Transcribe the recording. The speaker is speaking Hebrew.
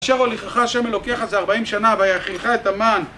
אשר הוליכך השם אלוקיך זה ארבעים שנה, ויאכילך את המן